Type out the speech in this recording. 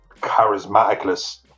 charismaticless